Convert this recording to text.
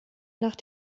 nach